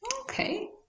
okay